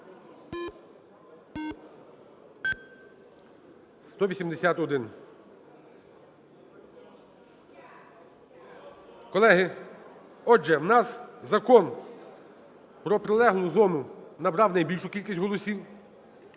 За-181 Колеги! Отже, у нас Закон про прилеглу зону набрав найбільшу кількість голосів,